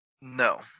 No